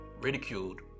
ridiculed